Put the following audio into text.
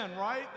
right